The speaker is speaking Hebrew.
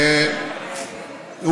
היא לא ארכה דקות אחדות, אתה יכול להירגע.